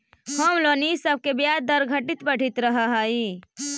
home loan इ सब के ब्याज दर घटित बढ़ित रहऽ हई